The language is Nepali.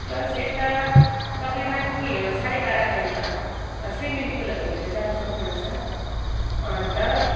प्लस यता तपाईँ माथि साँढे बाह्र माइलमा स्विमिङ पुलहरू हेर्नु जानु सक्नुहुन्छ अन्त